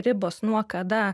ribos nuo kada